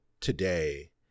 today